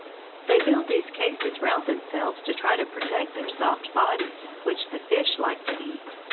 they build these cases round themselves to try to protect their soft bodies, which the fish like to eat.